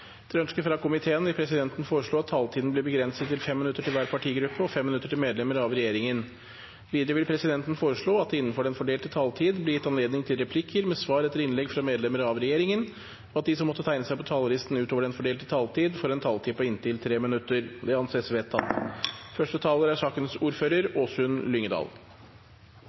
vil presidenten foreslå at taletiden blir begrenset til 5 minutter til hver partigruppe og 5 minutter til medlemmer av regjeringen. Videre vil presidenten foreslå at det – innenfor den fordelte taletid – blir gitt anledning til replikker med svar etter innlegg fra medlemmer av regjeringen, og at de som måtte tegne seg på talerlisten utover den fordelte taletid, får en taletid på inntil 3 minutter. – Det anses vedtatt.